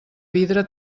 vidre